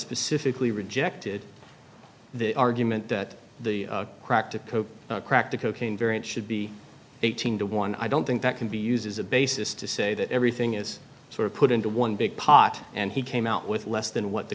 specifically rejected the argument that the crack to cope cracked a cocaine variant should be eighteen to one i don't think that can be used as a basis to say that everything is sort of put into one big pot and he came out with less than what the